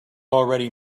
already